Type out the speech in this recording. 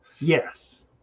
Yes